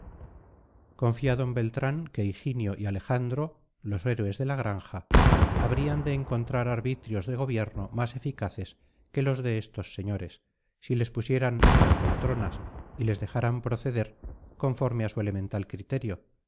confía d beltrán que higinio y alejandro los héroes de la granja habrían de encontrar arbitrios de gobierno más eficaces que los de estos señores si les pusieran en las poltronas y les dejaran proceder conforme a su elemental criterio